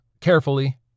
Carefully